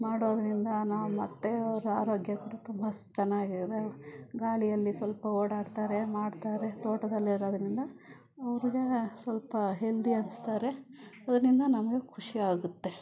ಮಾಡೋದ್ರಿಂದ ನಮ್ಮತ್ತೆ ಅವರ ಆರೋಗ್ಯ ಕೂಡ ತುಂಬ ಸ್ ಚೆನ್ನಾಗಿದೆ ಗಾಳಿಯಲ್ಲಿ ಸ್ವಲ್ಪ ಓಡಾಡ್ತಾರೆ ಮಾಡ್ತಾರೆ ತೋಟದಲ್ಲಿರೋದ್ರಿಂದ ಅವ್ರಿಗೆ ಸ್ವಲ್ಪ ಹೆಲ್ದಿ ಅನ್ನಿಸ್ತಾರೆ ಅದರಿಂದ ನಮಗೆ ಖುಷಿ ಆಗುತ್ತೆ